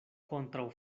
kontraŭ